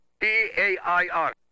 T-A-I-R